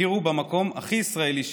הכירו במקום הכי ישראלי שיש,